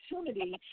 opportunity